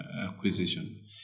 acquisition